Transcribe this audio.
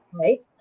right